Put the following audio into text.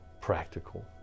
practical